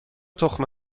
تخم